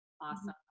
awesome